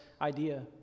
idea